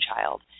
child